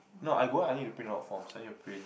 no I go I need to print out forms I need to print